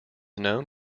known